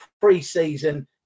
pre-season